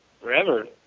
forever